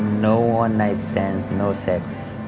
no one-night stands, no sex,